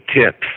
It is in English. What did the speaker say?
tips